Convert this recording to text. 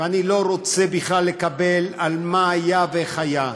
ואני לא רוצה בכלל לקבל על מה היה ואיך היה,